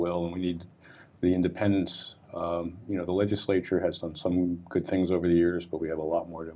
will and we need the independents you know the legislature has done some good things over the years but we have a lot more t